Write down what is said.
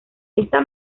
esta